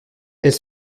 elles